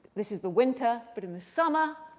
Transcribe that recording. this is the winter. but in the summer,